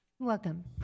Welcome